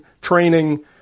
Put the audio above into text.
training